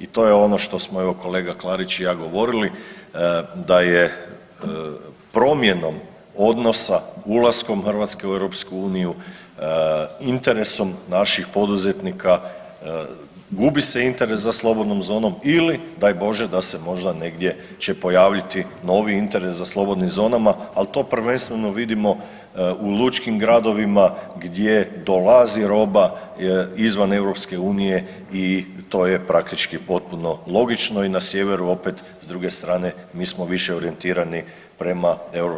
I to je ono što smo evo kolega Klarić i ja govorili da je promjenom odnosa ulaskom Hrvatske u EU, interesom naših poduzetnika gubi se interes za slobodnom zonom ili daj bože da se možda negdje će pojaviti novi interes za slobodnim zonama, ali to prvenstveno vidimo u lučkim gradovima gdje dolazi roba izvan EU i to je praktički potpuno logično i na sjeveru, opet, s druge strane, mi smo više orijentirani prema EU